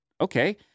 okay